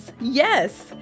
yes